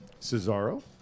Cesaro